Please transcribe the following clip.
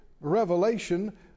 revelation